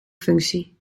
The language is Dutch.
functie